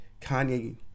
Kanye